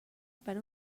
per